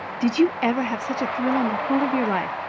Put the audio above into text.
did you ever have such a thrill in the whole of your life,